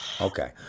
Okay